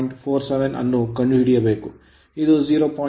47 ಅನ್ನು ಕಂಡುಹಿಡಿಯಬೇಕು